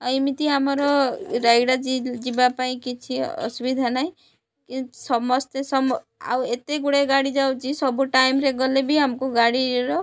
ଆଉ ଏମିତି ଆମର ରାୟଗଡ଼ା ଯିବା ପାଇଁ କିଛି ଅସୁବିଧା ନାହିଁ ସମସ୍ତେ ଆଉ ଏତେଗୁଡ଼ା ଗାଡ଼ି ଯାଉଛି ସବୁ ଟାଇମ୍ରେ ଗଲେ ବି ଆମକୁ ଗାଡ଼ିର